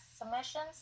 submissions